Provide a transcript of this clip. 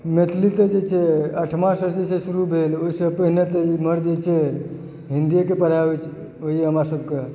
मैथिली तऽ जे छै अठमा जे छै से शुरू भेल ओहिसँ पहिने तऽ एम्हर जे छै हिन्दीएके पढ़ाइ होइए होइए हमरा सबकेँ